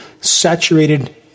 saturated